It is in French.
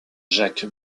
jacques